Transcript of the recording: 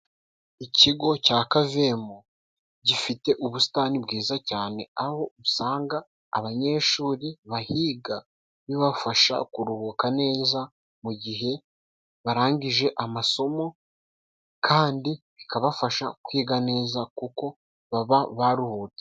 Ikigo cya Kavemu gifite ubusitani bwiza cyane, aho usanga abanyeshuri bahiga bibafasha kuruhuka neza mu gihe barangije amasomo, kandi bikabafasha kwiga neza kuko baba baruhutse.